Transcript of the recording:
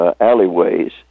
alleyways